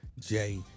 Jay